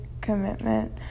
commitment